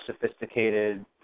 sophisticated